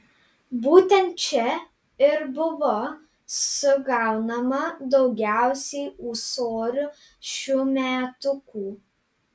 būtent čia ir buvo sugaunama daugiausiai ūsorių šiųmetukų